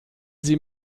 sie